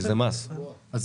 2019 לא היה.